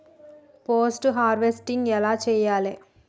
Post harvesting ఎలా చెయ్యాలే?